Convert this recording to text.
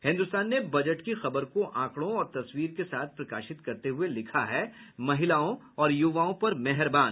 हिन्दुस्तान ने बजट की खबर को आंकड़ों और तस्वीर के साथ प्रकाशित करते हुए लिखा है महिलाओं और युवाओं पर मेहरबान